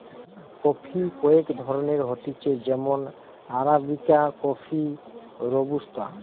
coffee কয়েক ধরণের হতিছে যেমন আরাবিকা কফি, রোবুস্তা